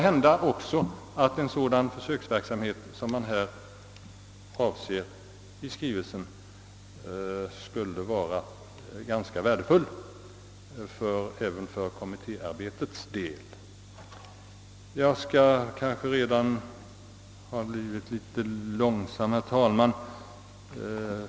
En sådan försökverksamhet som här avses skulle alltså kunna vara värdefull även för kommittéarbetets del.